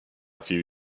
few